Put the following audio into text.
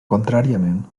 contràriament